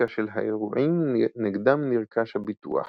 סטטיסטיקה של האירועים נגדם נרכש הביטוח,